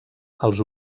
els